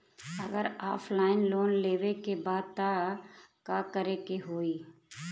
अगर offline loan लेवे के बा त का करे के होयी?